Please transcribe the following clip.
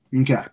Okay